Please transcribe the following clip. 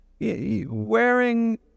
Wearing